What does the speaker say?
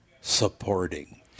supporting